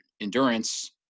endurance